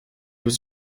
was